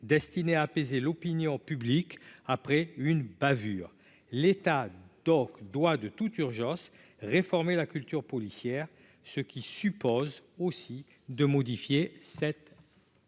destinée à apaiser l'opinion publique après une bavure l'État toc doit de toute urgence, réformer la culture policière, ce qui suppose aussi de modifier cette.